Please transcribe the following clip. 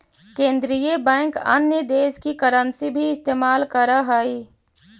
केन्द्रीय बैंक अन्य देश की करन्सी भी इस्तेमाल करअ हई